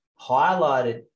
highlighted